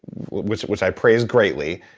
which which i praise greatly,